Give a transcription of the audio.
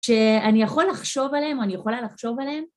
‫שאני יכול לחשוב עליהם, ‫או אני יכולה לחשוב עליהם?